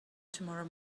tomorrow